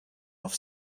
off